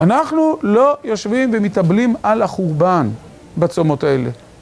אנחנו לא יושבים ומתאבלים על החורבן בצומות האלה.